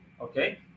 okay